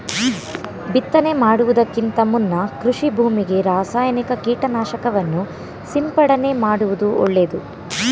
ಬಿತ್ತನೆ ಮಾಡುವುದಕ್ಕಿಂತ ಮುನ್ನ ಕೃಷಿ ಭೂಮಿಗೆ ರಾಸಾಯನಿಕ ಕೀಟನಾಶಕವನ್ನು ಸಿಂಪಡಣೆ ಮಾಡುವುದು ಒಳ್ಳೆದು